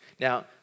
Now